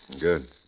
Good